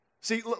See